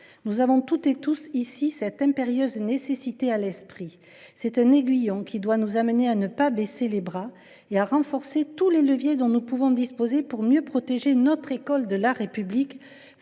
Nous avons toutes et tous ici cette impérieuse nécessité à l’esprit. C’est un aiguillon qui doit nous amener à ne pas baisser les bras et à renforcer tous les leviers dont nous pouvons disposer pour mieux protéger notre école de la République